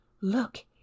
Look